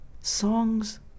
songs